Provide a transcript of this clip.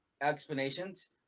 explanations